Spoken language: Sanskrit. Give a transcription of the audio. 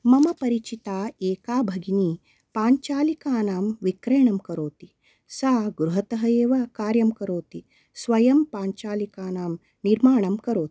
मम परिचिता एका भगिनी पाञ्चालिकानां विक्रयणं करोति सा गृहतः एव कार्यं करोति स्वयं पाञ्चालिकानां निर्माणं करोति